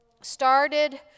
Started